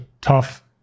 tough